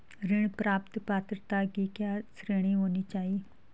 ऋण प्राप्त पात्रता की क्या श्रेणी होनी चाहिए?